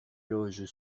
loges